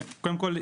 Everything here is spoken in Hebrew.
קודם כל,